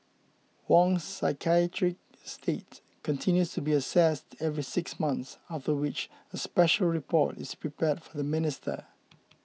Wong's psychiatric state continues to be assessed every six months after which a special report is prepared for the minister